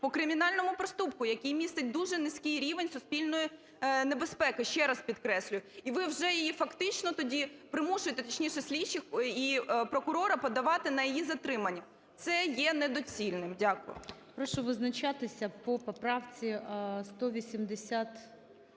по кримінальному проступку, який містить дуже низький рівень суспільної небезпеки, ще раз підкреслюю. І ви вже її фактично тоді примушуєте, точніше, слідчих і прокурора подавати на її затримання. Це є недоцільним. Дякую. ГОЛОВУЮЧИЙ. Прошу визначатися по поправці 18…